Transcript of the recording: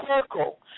circle